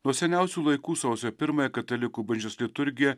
nuo seniausių laikų sausio pirmąją katalikų bažnyčios liturgija